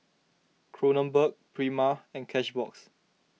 Kronenbourg Prima and Cashbox